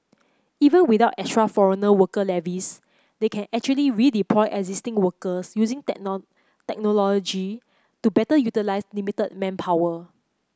even without extra foreign worker levies they can actually redeploy existing workers using technology to better utilise limited manpower